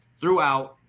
throughout